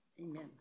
Amen